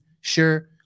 sure